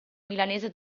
milanese